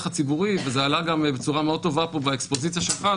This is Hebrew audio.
הציבורי וזה עלה גם בצורה מאוד טובה פה באקספוזיציה שלך,